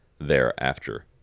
thereafter